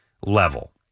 level